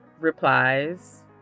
replies